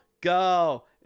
go